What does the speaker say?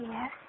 Yes